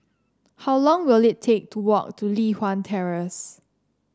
how long will it take to walk to Li Hwan Terrace